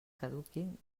caduquin